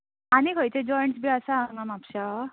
आनी खंयचे जॉयंट्स बी आसा हांगा म्हापश्या